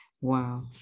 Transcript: Wow